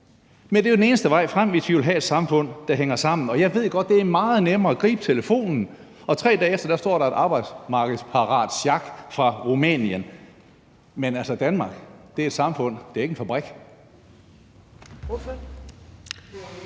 men det er jo den eneste vej frem, hvis vi vil have et samfund, der hænger sammen. Og jeg ved godt, at det er meget nemmere at gribe telefonen, og 3 dage efter står der et arbejdsmarkedsparat sjak fra Rumænien, men Danmark er altså et samfund, det er ikke en fabrik.